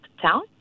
town